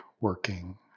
working